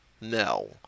No